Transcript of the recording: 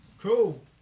Cool